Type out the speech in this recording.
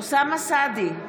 אוסאמה סעדי,